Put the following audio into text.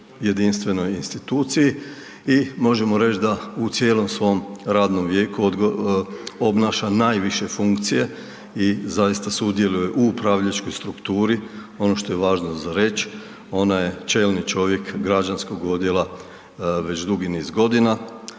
jedinstvenoj instituciji i možemo reći da u cijelom svom radnom vijeku obnaša najviše funkcije i zaista sudjeluje u upravljačkoj strukturi. Ono što je važno za reć ona je čelni čovjek građanskog odjela već dugi niz godina,